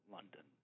London